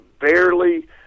barely